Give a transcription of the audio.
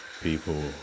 People